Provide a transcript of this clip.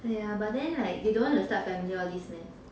!aiya! but then like they don't want to start family all these meh